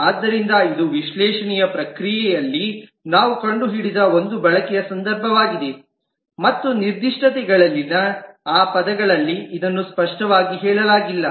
ಆದ್ದರಿಂದ ಇದು ವಿಶ್ಲೇಷಣೆಯ ಪ್ರಕ್ರಿಯೆಯಲ್ಲಿ ನಾವು ಕಂಡುಹಿಡಿದ ಒಂದು ಬಳಕೆಯ ಸಂದರ್ಭವಾಗಿದೆ ಮತ್ತು ನಿರ್ದಿಷ್ಟತೆಗಳಲ್ಲಿ ಆ ಪದಗಳಲ್ಲಿ ಇದನ್ನು ಸ್ಪಷ್ಟವಾಗಿ ಹೇಳಲಾಗಿಲ್ಲ